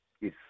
Yes